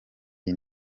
iyi